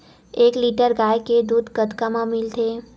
एक लीटर गाय के दुध कतका म मिलथे?